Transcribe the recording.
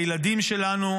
הילדים שלנו,